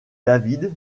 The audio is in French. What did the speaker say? david